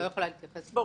אני לא יכולה להתייחס,